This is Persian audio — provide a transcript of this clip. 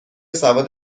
سواد